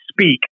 speak